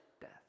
death